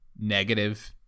negative